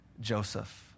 Joseph